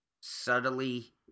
subtly